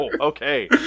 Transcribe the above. Okay